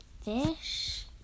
fish